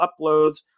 uploads